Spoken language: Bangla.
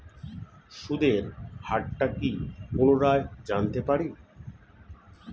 সুদের হার টা কি পুনরায় জানতে পারি?